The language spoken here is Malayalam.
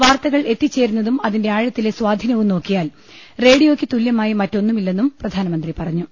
വാർത്തകൾ എത്തിച്ചേരുന്നതും അതിന്റെ ആഴത്തിലെ സ്വാധീനവും നോക്കിയാൽ റേഡിയോയ്ക്ക് തുല്ല്യ മായി മറ്റൊന്നുമില്ലെന്നും പ്രധാനമന്ത്രി പറഞ്ഞു